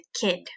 kid